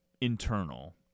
internal